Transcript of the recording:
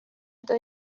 está